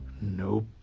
Nope